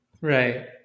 right